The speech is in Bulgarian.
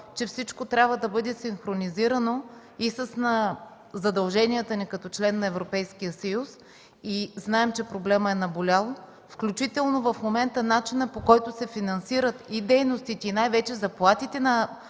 че всичко трябва да бъде синхронизирано и със задълженията ни като член на Европейския съюз. Знаем, че проблемът е наболял, включително в момента начинът, по който се финансират и дейностите, и най-вече заплатите на